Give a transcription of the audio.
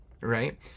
right